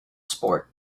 sport